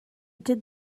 did